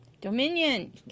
Dominion